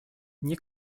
nie